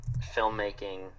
filmmaking